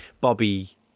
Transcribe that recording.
Bobby